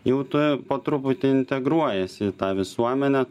jau tu po truputį integruojiesi į tą visuomenę